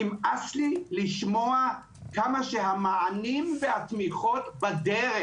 נמאס לי לשמוע כמה שהמענים והתמיכות בדרך.